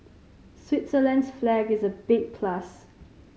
Switzerland's flag is a big plus